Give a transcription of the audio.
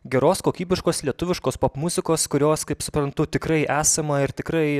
geros kokybiškos lietuviškos popmuzikos kurios kaip suprantu tikrai esama ir tikrai